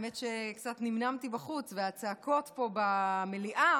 האמת שקצת נמנמתי בחוץ והצעקות פה במליאה